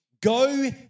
go